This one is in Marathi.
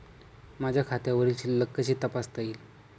माझ्या खात्यावरील शिल्लक कशी तपासता येईल?